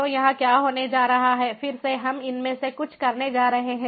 तो यहाँ क्या होने जा रहा है फिर से हम इनमें से कुछ करने जा रहे हैं